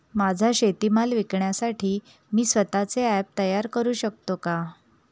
माझा शेतीमाल विकण्यासाठी मी स्वत:चे ॲप तयार करु शकतो का?